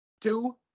Two